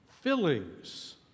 fillings